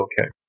okay